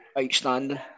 outstanding